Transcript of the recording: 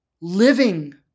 living